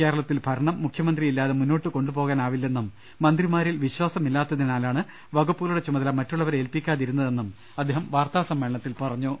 കേരളത്തിൽ ഭരണം മുഖ്യമന്ത്രിയില്ലാതെ മുന്നോട്ട് കൊണ്ടുപോകാനാവില്ലെന്നും മന്ത്രിമാരിൽ വിശ്വാസമില്ലാത്തതിനാലാണ് വകുപ്പുകളുടെ ചുമ തല മറ്റു ള്ള വരെ ഏൽപ്പി ക്കാ തി രു ന്ന തെന്നും അദ്ദേഹം വാർത്താസമ്മേളനത്തിൽ പറഞ്ഞു